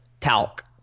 talc